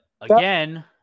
again